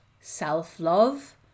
self-love